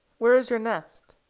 where is your nest?